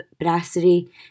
brasserie